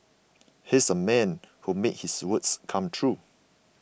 he's a man who made his words come true